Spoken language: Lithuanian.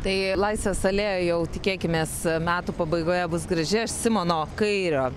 tai laisvės alėja jau tikėkimės metų pabaigoje bus graži aš simono kairio